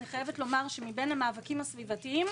אני חייבת לומר שמבין המאבקים הסביבתיים,